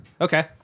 Okay